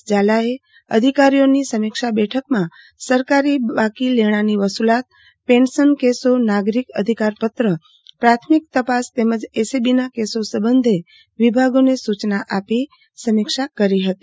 ઝાલાએ અધિકારીઓની સમીક્ષા બેઠકમાં સરકારી બાકી લેણાંની વસૂલાત પેન્શનકેસો નાગરિક અધિકારપત્ર પ્રાથમિક તપાસ તેમજ ઐસીબીના કેસો સંબંધે વિભાગોને સૂચના આપી સમીક્ષા કરીહતી